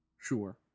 Sure